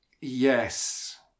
yes